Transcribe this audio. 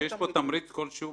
שיש פה תמריץ כלשהו,